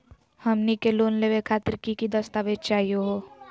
हमनी के लोन लेवे खातीर की की दस्तावेज चाहीयो हो?